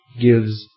gives